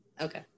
Okay